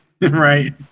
right